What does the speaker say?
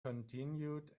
continued